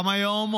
גם היום,